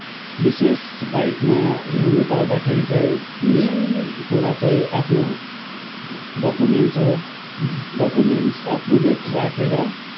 विशेष बाइकमा हिँडनु पर्दाखेरि चाहिँ मेन कुरा चाहिँ आफ्नो डक्युमेन्टस हो डक्युमेन्टस अपटुडेट राखेर